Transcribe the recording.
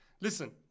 listen